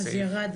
אז ירד